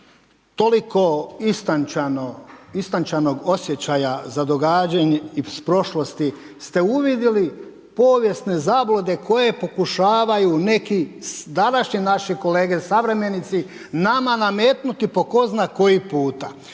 toliko istančanog osjećaja za događanje iz prošlosti ste uvidjeli povijesne zablude koje pokušavaju neki današnji naše kolege suvremenici nama nametnuti po tko zna koji puta.